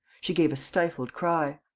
she gave a stifled cry.